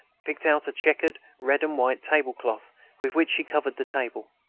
picked out a checkered red and white tablecloth with which she covered the table.